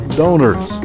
donors